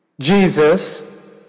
Jesus